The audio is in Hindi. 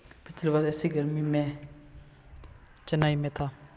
पिछले वर्ष ऐसी गर्मी में मैं चेन्नई में था